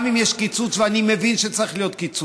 גם אם יש קיצוץ, ואני מבין שצריך להיות קיצוץ.